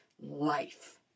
life